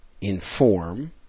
Inform